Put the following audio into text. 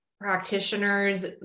practitioners